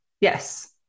Yes